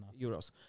euros